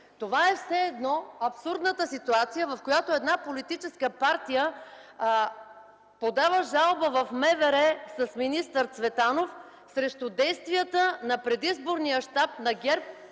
Това е все едно абсурдната ситуация, в която една политическа партия подава жалба в МВР с министър Цветанов срещу действията на предизборния щаб на ГЕРБ